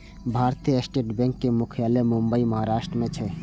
भारतीय स्टेट बैंकक मुख्यालय मुंबई, महाराष्ट्र मे छै